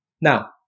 Now